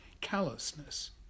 callousness